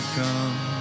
come